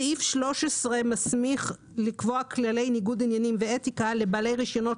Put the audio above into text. סעיף 13 מסמיך לקבוע כללי ניגוד עניינים ואתיקה לבעלי רישיונות